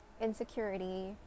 insecurity